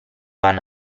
van